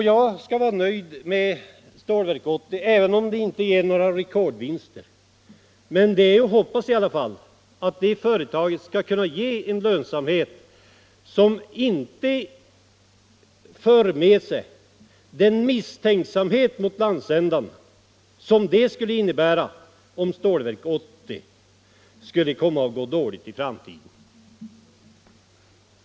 Jag skall vara nöjd med Stålverk 80 även om det inte ger några rekordvinster, men det är i alla fall att hoppas att det företaget skall bli lönsamt, för då kan man undgå den misstänksamhet mot företagsamhet i Norrbotten, som skulle bli följden om Stålverk 80 kommer att gå dåligt i framtiden.